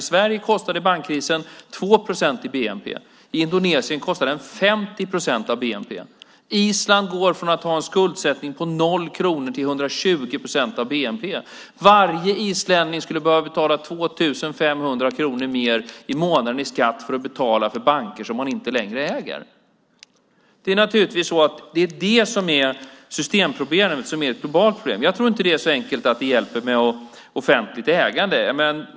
I Sverige kostade bankkrisen 2 procent av bnp. I Indonesien kostar den 50 procent av bnp. Island går från att ha en skulsättning på noll kronor till 120 procent av bnp. Varje islänning skulle behöva betala 2 500 kronor mer i månaden i skatt för att betala för banker som man inte längre äger. Det är naturligtvis det som är systemproblemet, som är ett globalt problem. Jag tror inte att det är så enkelt att det hjälper med offentligt ägande.